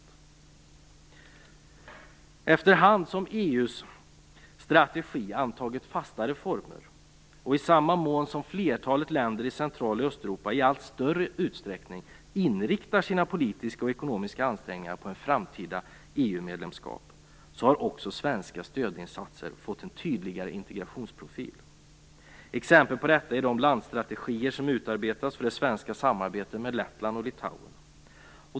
Allteftersom EU:s strategi har antagit fastare former och flertalet länder i Central och Östeuropa i allt större utsträckning inriktar sina politiska och ekonomiska ansträngningar på ett framtida EU-medlemskap har också svenska stödinsatser fått en tydligare integrationsprofil. Exempel på detta är de landstrategier som har utarbetats för det svenska samarbetet med Lettland och Litauen.